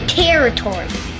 territory